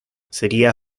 sería